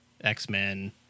X-Men